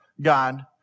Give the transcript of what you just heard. God